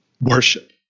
worship